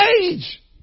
age